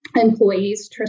employees